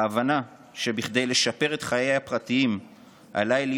ההבנה שכדי לשפר את חיי הפרטיים עליי להיות